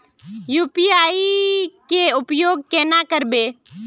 UPI के उपयोग केना करबे?